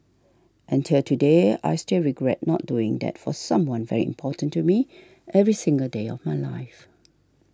and till today I still regret not doing that for someone very important to me every single day of my life